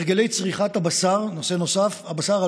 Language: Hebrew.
נושא נוסף: הרגלי צריכת הבשר הלא-כשר.